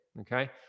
okay